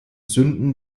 sünden